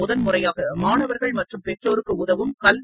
முதன்முறையாக மாணவர்கள் மற்றும் பெற்றோருக்கு உதவும் கல்வி